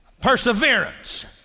perseverance